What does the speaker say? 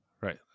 Right